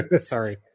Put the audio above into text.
Sorry